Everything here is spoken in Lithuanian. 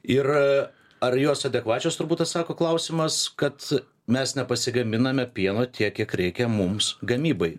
ir ar jos adekvačios turbūt atsako klausimas kad mes nepasigaminame pieno tiek kiek reikia mums gamybai